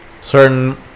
certain